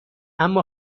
اما